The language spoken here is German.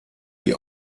die